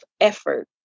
effort